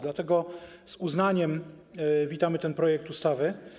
Dlatego z uznaniem witamy ten projekt ustawy.